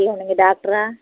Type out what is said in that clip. hello நீங்கள் டாக்டரா